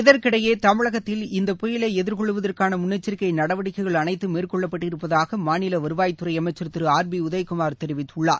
இதற்கிடையே தமிழகத்தில் இந்த புயலை எதிர்கொள்வதற்காள முன்னெச்சரிக்கை நடவடிக்கைகள் அனைத்தும் மேற்கொள்ளப்பட்டிருப்பதாக மாநில வருவாய்த்துறை அமைச்சர் திரு உதயகுமார் தெரிவித்துள்ளார்